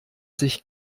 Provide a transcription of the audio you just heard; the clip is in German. sich